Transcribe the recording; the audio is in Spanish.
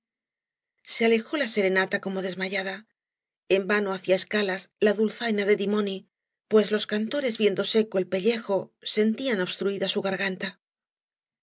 se alejó la serenata como desmayada en vano hacía escalas la dulzaina de dimdni pues los cantores viendo seco el peliejo sentían obstruida su garganta